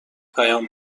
پیام